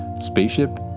Spaceship